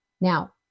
now